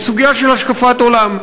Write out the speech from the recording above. היא סוגיה של השקפת עולם.